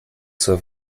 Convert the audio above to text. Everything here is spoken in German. zur